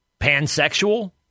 pansexual